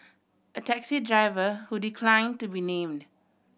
a taxi driver who decline to be named